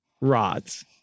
rods